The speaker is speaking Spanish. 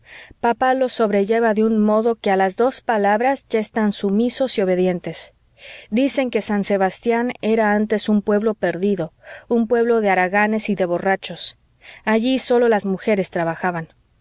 papá los sobrelleva de un modo que a las dos palabras ya están sumisos y obedientes dicen que san sebastián era antes un pueblo perdido un pueblo de haraganes y de borrachos allí sólo las mujeres trabajaban